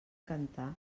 cantar